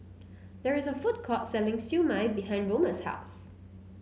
there is a food court selling Siew Mai behind Roma's house